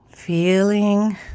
Feeling